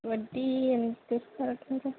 వడ్డీ ఎంత ఇస్తారు మీరు